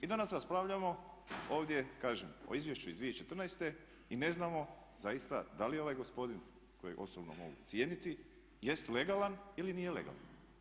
I danas raspravljamo ovdje kažem o izvješću iz 2014.i ne znamo zaista da li ovaj gospodin kojeg osobno mogu cijeniti jest legalan ili nije legalan?